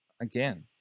again